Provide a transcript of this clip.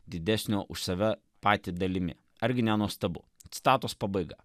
didesnio už save patį dalimi argi nenuostabu citatos pabaiga